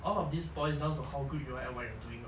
all of this boils down to how good you are at what you're doing lor